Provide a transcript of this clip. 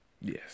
Yes